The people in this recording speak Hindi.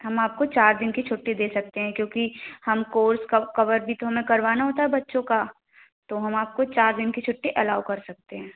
हम आपको चार दिन की छुट्टी दे सकते हैं क्योंकि हम कोर्स कवर भी तो हमें करवाना होता है बच्चों का तो हम आपको चार दिन की छुट्टी एलाउ कर सकते हैं